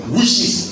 wishes